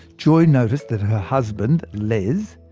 joy noticed that her husband, les,